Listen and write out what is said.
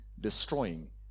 destroying